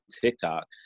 TikTok